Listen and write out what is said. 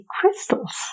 crystals